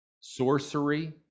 sorcery